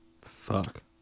Fuck